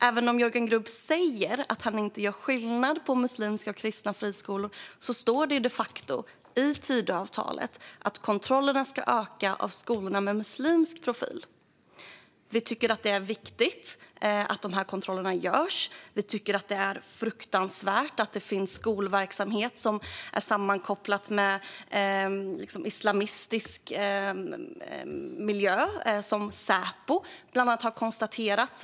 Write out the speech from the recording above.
Även om Jörgen Grubb säger att han inte gör skillnad på muslimska och kristna friskolor står det de facto i Tidöavtalet att kontrollerna ska öka av skolorna med muslimsk profil. Vi tycker att det är viktigt att de här kontrollerna görs. Vi tycker att det är fruktansvärt att det finns skolverksamhet som är sammankopplad med islamistisk miljö, vilket bland annat Säpo har konstaterat.